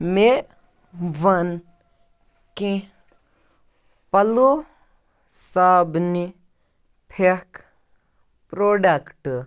مےٚ وَن کیٚنٛہہ پَلو صابنہِ پھٮ۪کھ پرٛوڈکٹ